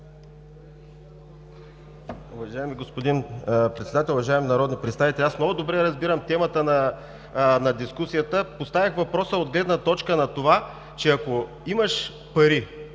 Уважаеми господин Председател, уважаеми народни представители! Много добре разбирам темата на дискусията. Поставих въпроса от гледна точка на това, че ако имаш пари